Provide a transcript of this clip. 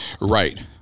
right